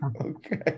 Okay